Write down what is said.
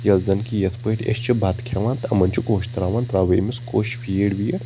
ییٚلہِ زَن کہِ یِتھ پٲٹھۍ أسۍ چھِ بَتہٕ کھٮ۪وان تہٕ یِمن چھِ کوش تراوان تراوٕ بہٕ أمِس کوش فیٖڑ ویٖڑ